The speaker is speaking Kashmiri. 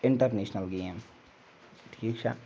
اِنٹرنیشنَل گیم ٹھیٖک چھا